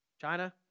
China